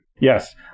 Yes